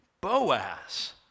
Boaz